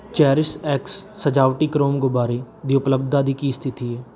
cherish X ਸਜਾਵਟੀ chrome ਗੁਬਾਰੇ ਦੀ ਉਪਲੱਬਧਤਾ ਸਥਿਤੀ ਕੀ ਹੈ